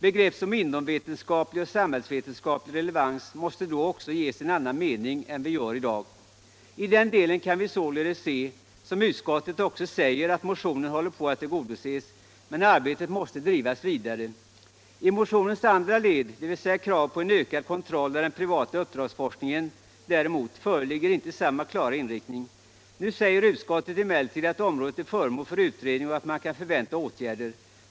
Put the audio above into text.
Begrepp såsom inomvetenskaplig och samhällsvetenskaplig relevans måste då ges en annan mening än i dag. I den delen kan vi således —- som utskottet också säger — konstatera att motionen håller på att tillgodoses. Men arbetet måste bedrivas vidare. I motionens andra led, dvs. kravet på en ökad kontroll av den privata uppdragsforskningen, föreligger däremot inte samma klara inriktning. Nu säger utskottet emellertid att området är föremål för utredning och att man kan förvänta åtgärder.